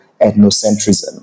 ethnocentrism